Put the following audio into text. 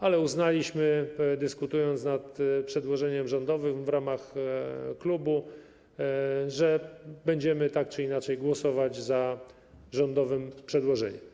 Ale uznaliśmy, dyskutując nad przedłożeniem rządowym w ramach klubu, że będziemy tak czy inaczej głosować za rządowym przedłożeniem.